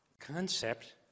concept